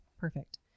perfect